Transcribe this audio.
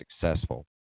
successful